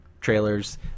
trailers